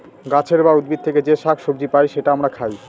গাছের বা উদ্ভিদ থেকে যে শাক সবজি পাই সেটা আমরা খাই